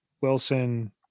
Wilson